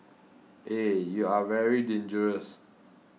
eh you are very dangerous